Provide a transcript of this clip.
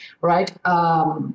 right